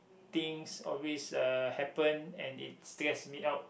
things always uh happen and it stress me out